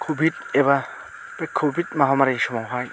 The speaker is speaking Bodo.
कभिड एबा बे कभिड माहामारि समावहाय